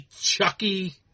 Chucky